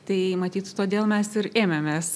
tai matyt todėl mes ir ėmėmės